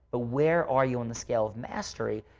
ah where are you on the scale of mastery.